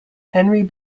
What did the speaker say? henry